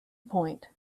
point